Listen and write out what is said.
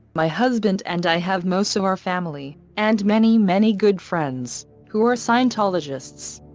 my husband and i have most of our family, and many many good friends, who are scientologists.